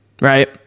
right